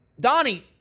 Donnie